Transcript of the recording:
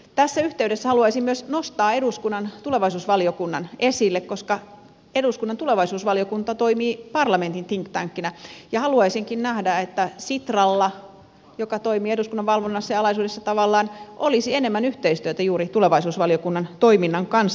tässä yhteydessä haluaisin myös nostaa eduskunnan tulevaisuusvaliokunnan esille koska eduskunnan tulevaisuusvaliokunta toimii parlamentin think tankina ja haluaisinkin nähdä että sitralla joka toimii eduskunnan valvonnassa ja alaisuudessa tavallaan olisi enemmän yhteistyötä juuri tulevaisuusvaliokunnan toiminnan kanssa